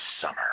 summer